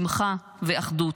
שמחה ואחדות.